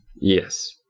Yes